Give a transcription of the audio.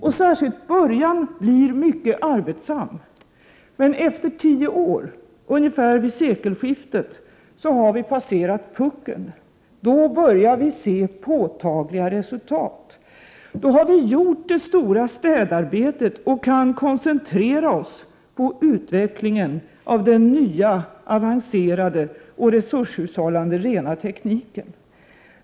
Och särskilt början blir mycket arbetsam. Men efter tio år, ungefär vid sekelskiftet, har vi passerat puckeln. Då börjar vi se påtagliga resultat. Då har vi gjort det stora städarbetet och kan koncentrera oss på utvecklingen av den nya, avancerade och resurshushållande rena tekniken.